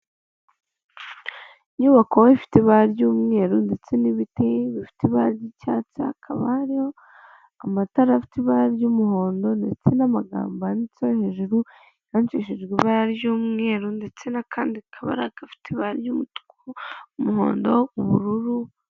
Inyubako ifite ibara ry'umweru ndetse n'ibiti bifite ibara ry'icyatsi hakaba hariho amatara afite ibara ry'umuhondo ndetse n'amagambo yanditse hejuru yandikiishijwe ibara ry'umweru ndetse n'akandi kabara gafite ibara ry'umutuku, umuhondo, ubururu.